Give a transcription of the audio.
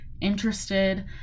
interested